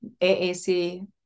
AAC